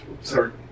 Sorry